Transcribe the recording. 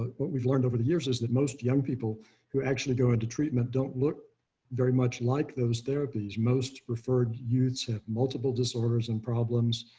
what we've learned over the years is that most young people who actually go into treatment. don't look. johnweisz very much like those therapies most preferred youths have multiple disorders and problems.